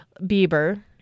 Bieber